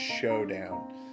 showdown